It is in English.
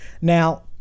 Now